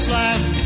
life